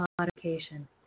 modification